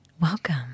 welcome